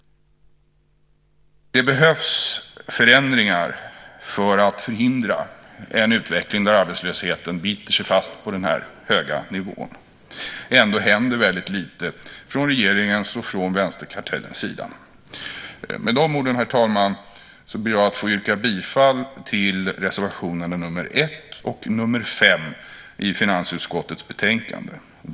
Det behövs förändringar för att förhindra en utveckling där arbetslösheten biter sig fast på den här höga nivån. Ändå händer väldigt lite från regeringens och från vänsterkartellens sida. Med de orden, herr talman, ber jag att få yrka bifall till reservationerna nr 1 och nr 5 i finansutskottets betänkande.